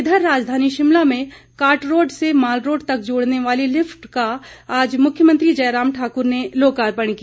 इधर राजधानी शिमला में कार्टरोड़ से मालरोड़ तक जोड़ने वाली लिफ्ट का आज मुख्यमंत्री जयराम ठाकुर ने लोकार्पण किया